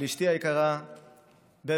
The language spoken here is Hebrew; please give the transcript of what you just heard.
לאשתי היקרה בברלי,